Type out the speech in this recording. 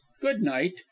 good-night